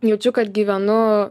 jaučiu kad gyvenu